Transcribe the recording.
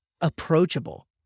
approachable